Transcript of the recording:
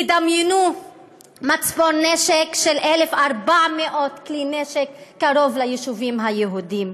דמיינו מצבור נשק של 1,400 כלי נשק קרוב ליישובים היהודיים.